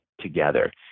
together